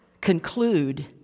conclude